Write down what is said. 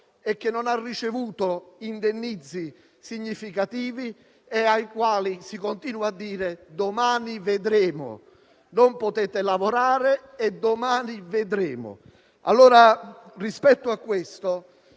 e che non ha ricevuto indennizzi significativi. Si continua a dire "domani vedremo, non potete lavorare e domani vedremo". Rispetto a questo,